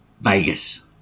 Vegas